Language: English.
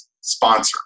sponsor